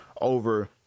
over